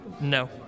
no